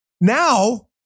now